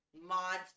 mods